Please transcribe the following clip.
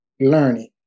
learning